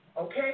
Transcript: okay